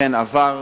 אכן עבר.